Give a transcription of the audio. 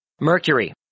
Mercury